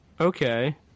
okay